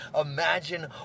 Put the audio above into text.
imagine